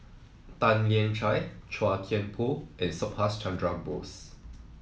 Tan Lian Chye Chua Thian Poh and Subhas Chandra Bose